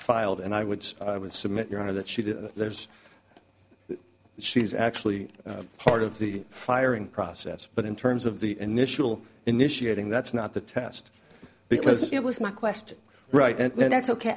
filed and i would say i would submit your honor that she did and there's she's actually part of the firing process but in terms of the initial initiating that's not the test because it was my question right and that's ok